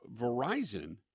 Verizon